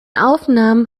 aufnahmen